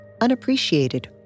unappreciated